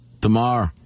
Tomorrow